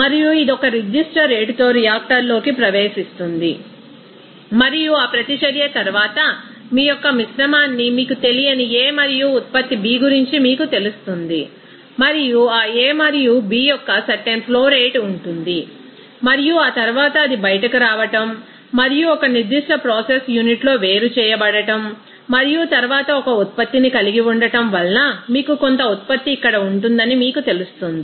మరియు ఇది ఒక నిర్దిష్ట రేటుతో రియాక్టర్లోకి ప్రవేశిస్తుంది మరియు ఆ ప్రతిచర్య తరువాత మీ యొక్క మిశ్రమాన్ని మీకు తెలియని A మరియు ఉత్పత్తి B గురించి మీకు తెలుస్తుంది మరియు ఆ A మరియు B యొక్క సర్టెన్ ఫ్లో రేట్ ఉంటుంది మరియు ఆ తరువాత అది బయటకు రావడం మరియు ఒక నిర్దిష్ట ప్రాసెస్ యూనిట్లో వేరు చేయబడటం మరియు తరువాత ఒక ఉత్పత్తిని కలిగి ఉండటం వలన మీకు కొంత ఉత్పత్తి ఇక్కడ ఉంటుందని మీకు తెలుస్తుంది